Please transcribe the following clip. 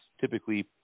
typically